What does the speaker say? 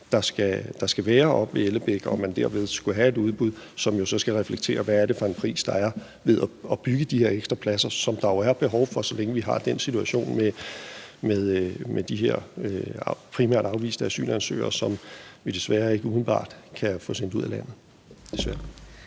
der skal være oppe i Ellebæk. Derved skulle man have et udbud, som jo skal reflektere, hvilken pris der så er ved at bygge de her ekstra pladser, som der jo er behov for, så længe vi har situationen med de her primært afviste asylansøgere, som vi desværre ikke umiddelbart kan få sendt ud af landet.